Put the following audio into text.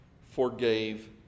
forgave